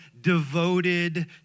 devoted